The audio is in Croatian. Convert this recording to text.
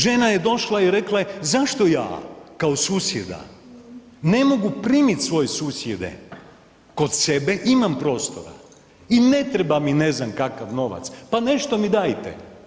Žena je došla i rekla je zašto ja kao susjeda ne mogu primiti svoje susjede kod sebe, imam prostora i ne treba mi ne znam kakav novac, pa nešto mi dajte.